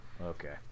Okay